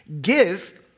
Give